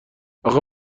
اخه